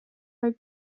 are